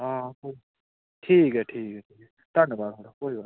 आं ठीक ऐ ठीक ऐ धन्नबाद थुआढ़ा कोई गल्ल निं